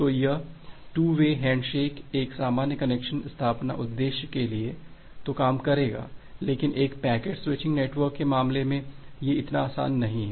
तो यह 2 way handshake एक सामान्य कनेक्शन स्थापना उद्देश्य के लिए तो काम करेगा लेकिन एक पैकेट स्विचिंग नेटवर्क के मामले में ये इतना आसान नहीं है